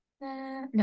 No